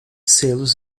selos